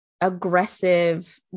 aggressive